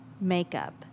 makeup